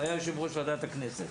הוא היה יושב ראש ועדת הכנסת,